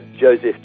Joseph